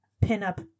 pin-up